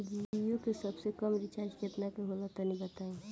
जीओ के सबसे कम रिचार्ज केतना के होला तनि बताई?